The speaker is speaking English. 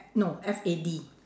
no F A D